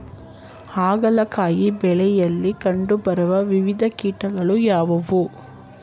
ಹಾಗಲಕಾಯಿ ಬೆಳೆಯಲ್ಲಿ ಕಂಡು ಬರುವ ವಿವಿಧ ಕೀಟಗಳು ಯಾವುವು?